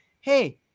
hey